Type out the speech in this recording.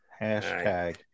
Hashtag